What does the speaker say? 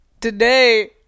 today